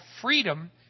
freedom